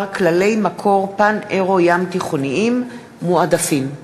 כללי מקור פאן-אירו ים-תיכוניים מועדפים.